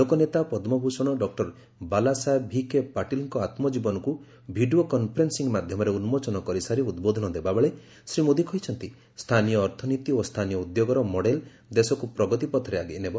ଲୋକନେତା ପଦ୍ମଭୂଷଣ ଡକ୍ଟର ବାଲାସାହେବ ବିଖେ ପାଟିଲଙ୍କ ଆମ୍ଜୀବନୀକୁ ଭିଡ଼ିଓ କନ୍ଫରେନ୍ସିଂ ମାଧ୍ୟମରେ ଉନ୍ଜୋଚନ କରିସାରି ଉଦ୍ବୋଧନ ଦେବାବେଳେ ଶ୍ରୀ ମୋଦି କହିଛନ୍ତି ସ୍ଥାନୀୟ ଅର୍ଥନୀତି ଓ ସ୍ଥାନୀୟ ଉଦ୍ୟୋଗର ମଡେଲ ଦେଶକୁ ପ୍ରଗତି ପଥରେ ଆଗେଇନେବ